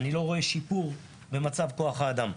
אני לא רואה שיפור במצב כוח האדם.